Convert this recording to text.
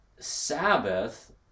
sabbath